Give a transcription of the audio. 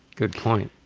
good point.